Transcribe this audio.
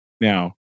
now